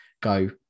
go